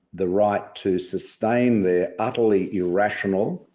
the right to sustain their utterly irrational,